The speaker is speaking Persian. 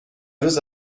روز